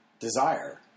desire